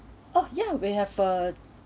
oh ya we have a